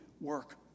work